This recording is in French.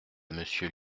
monsieur